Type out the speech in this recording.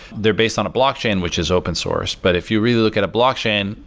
they're based on a blockchain, which is open source. but if you really look at a blockchain,